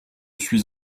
suis